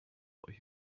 what